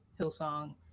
Hillsong